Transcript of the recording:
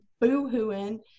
boo-hooing